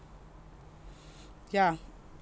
ya